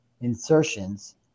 insertions